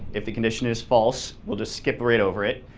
if the condition is false, we'll just skip right over it.